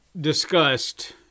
discussed